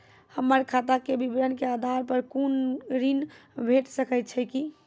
हमर खाता के विवरण के आधार प कुनू ऋण भेट सकै छै की?